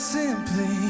simply